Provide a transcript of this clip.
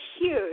huge